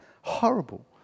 horrible